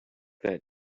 that